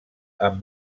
amb